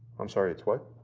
i'm sorry, it's what?